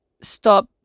stop